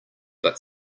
but